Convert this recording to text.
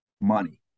money